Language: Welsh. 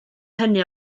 hynny